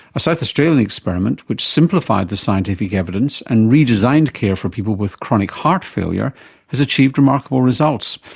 a south australian experiment which simplified the scientific evidence and redesigned care for people with chronic heart failure has achieved remarkable results.